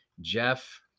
Jeff